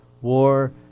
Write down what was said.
War